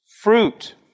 fruit